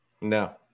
No